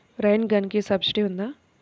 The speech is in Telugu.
రైన్ గన్కి సబ్సిడీ ఉందా?